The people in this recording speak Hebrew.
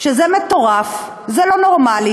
שזה מטורף, זה לא נורמלי.